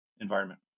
environment